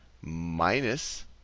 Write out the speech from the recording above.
minus